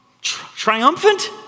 triumphant